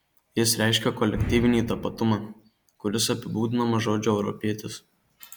jis reiškia kolektyvinį tapatumą kuris apibūdinamas žodžiu europietis